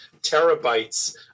terabytes